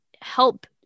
help